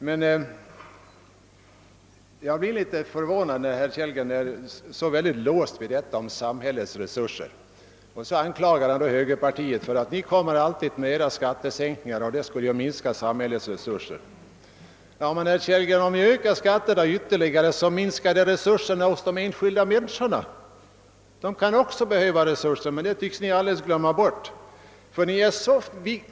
Det förvånar mig också att herr Kellgren är så oerhört låst vid talet om samhällets resurser. Han anklagar högerpartiet för att alltid förslå skattesänkningar, vilka enligt herr Kellgren skulle minska samhällets resurser. Men, herr Kellgren, om skatterna ökas ytterligare, så minskas de enskilda människornas resurser. Ni tycks alldeles glömma att de också kan behöva resurser.